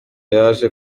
yaje